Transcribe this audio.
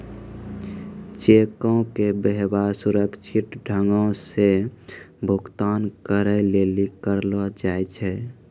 चेको के व्यवहार सुरक्षित ढंगो से भुगतान करै लेली करलो जाय छै